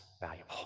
valuable